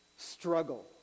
struggle